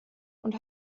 und